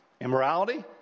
Immorality